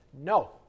No